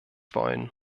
wollen